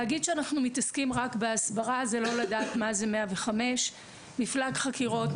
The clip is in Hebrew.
להגיד שאנחנו מתעסקים רק בהסברה זה לא לדעת מה זה 105. מפלג חקירות,